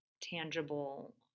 tangible